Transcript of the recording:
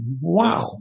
Wow